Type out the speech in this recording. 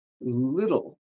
little